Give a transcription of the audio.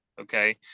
Okay